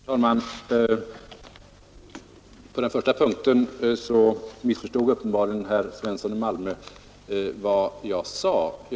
Herr talman! För det första missförstod uppenbarligen herr Svensson i Malmö vad jag sade på den första punkten.